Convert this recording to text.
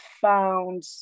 found